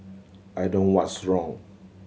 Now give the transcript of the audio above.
I don't what's wrong